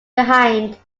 behind